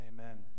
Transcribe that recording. Amen